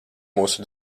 mūsu